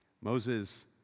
Moses